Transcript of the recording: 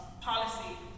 policy